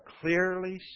clearly